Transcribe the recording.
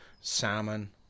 salmon